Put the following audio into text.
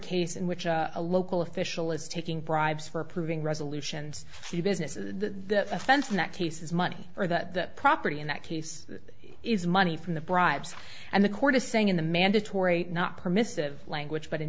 case in which a local official is taking bribes for approving resolutions a few businesses the offense in that case is money or that the property in that case is money from the bribes and the court is saying in the mandatory not permissive language but i